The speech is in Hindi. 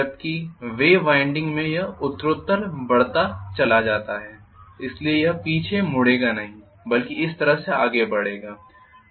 जबकि वेव वाइंडिंग में यह उत्तरोत्तर बढ़ता चला जाता है इसलिए यह पीछे मुड़ेगा नहीं बल्कि इस तरह से आगे बढ़ेगा